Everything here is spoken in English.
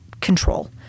control